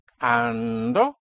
ando